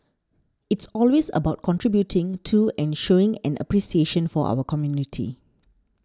it's always about contributing to and showing an appreciation for our community